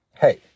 hey